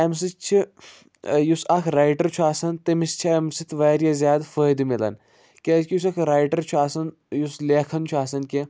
اَمہِ سۭتۍ چھِ یُس اکھ رایٹر چھُ آسان تٔمِس چھِ اَمہِ سۭتۍ وارِیاہ زیادٕ فٲیدٕ مِلان کیٛازکہِ یُس اکھ رایٹر چھُ آسان یُس لٮ۪کھان چھُ آسان کیٚنٛہہ